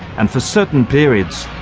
and for certain periods,